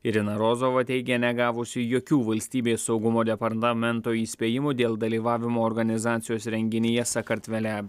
irina rozova teigia negavusi jokių valstybės saugumo departamento įspėjimų dėl dalyvavimo organizacijos renginyje sakartvele